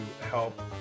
help